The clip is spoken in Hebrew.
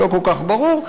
לא כל כך ברור.